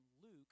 Luke